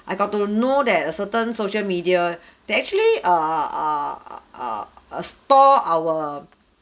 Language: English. I got to know that a certain social media they actually err err err store our